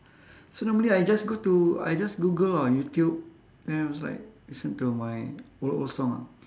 so normally I just go to I just google on youtube then was like listen to my old old song ah